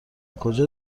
کجا